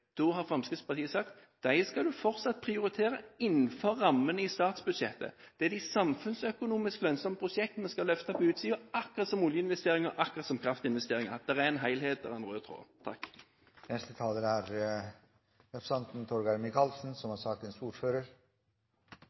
Da har Fremskrittspartiet sagt: Dem skal man fortsatt prioritere innenfor rammene av statsbudsjettet. Det er de samfunnsøkonomisk lønnsomme prosjektene vi skal løfte på utsiden, akkurat som oljeinvesteringer, akkurat som kraftinvesteringer – at det er en helhet og en rød tråd. Jeg skal ta representanten Solvik-Olsen på ordet og diskutere forslaget, for det er